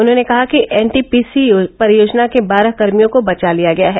उन्होंने कहा कि एनटीपीसी परियोजना के बारह कर्मियों को बचा लिया गया है